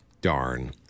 Darn